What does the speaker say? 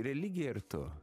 religija ir tu